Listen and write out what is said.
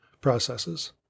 processes